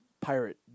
pirate